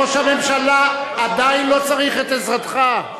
ראש הממשלה עדיין לא צריך את עזרתך.